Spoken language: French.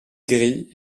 gris